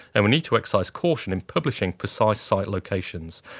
and we need to exercise caution in publishing precise site locations.